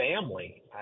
family